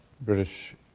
British